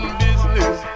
business